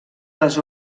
les